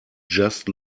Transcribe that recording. just